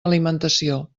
alimentació